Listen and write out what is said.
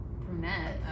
brunette